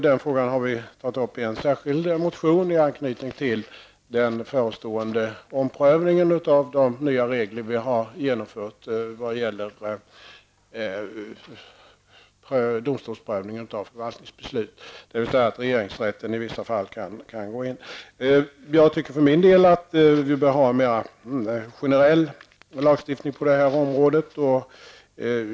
Den frågan har vi tagit upp i en särskild motion i anslutning till den förestående omprövningen av de nya regler som har införts vad gäller domstolsprövning av förvaltningsbeslut, dvs. att regeringsrätten kan gå in i vissa fall. Jag tycker för min del att vi behöver ha mer generell lagstiftning på det här området.